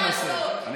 בבית מחוקקים.